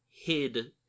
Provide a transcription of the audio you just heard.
hid